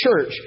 church